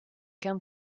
qu’un